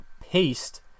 paste